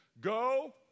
go